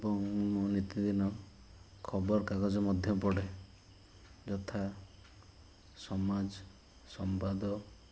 ଏବଂ ମୁଁ ନିତି ଦିନ ଖବର କାଗଜ ମଧ୍ୟ ପଢ଼େ ଯଥା ସମାଜ ସମ୍ବାଦ